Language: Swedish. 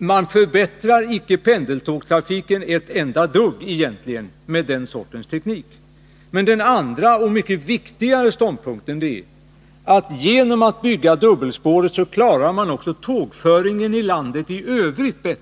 lösning förbättrar egentligen inte pendeltågstrafiken ett enda dugg. Den andra och mycket viktigare utgångspunkten är: genom att bygga dubbelspåret klarar man också tågföringen i landet i övrigt bättre.